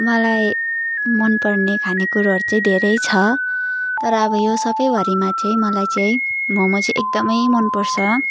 मलाई मन पर्ने खाने कुरोहरू चाहिँ धेरै छ तर अब यो सबैभरिमा चाहिँ मलाईँ चाहिँ मोमो चाहिँ एकदमै मन पर्छ